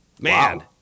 Man